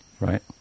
Right